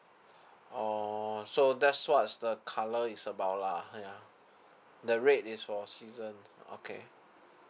orh so that's what's the colour is about lah uh yeah the red is for season okay